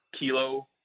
Kilo